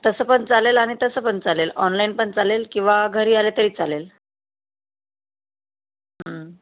तसं पण चालेल आणि तसं पण चालेल ऑनलाईन पण चालेल किंवा घरी आले तरी चालेल